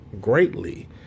greatly